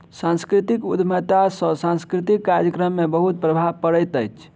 सांस्कृतिक उद्यमिता सॅ सांस्कृतिक कार्यक्रम में बहुत प्रभाव पड़ैत अछि